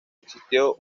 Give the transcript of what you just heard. existió